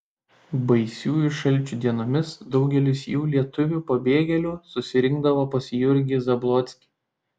baisiųjų šalčių dienomis daugelis jų lietuvių pabėgėlių susirinkdavo pas jurgį zablockį